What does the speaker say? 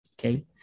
Okay